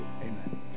Amen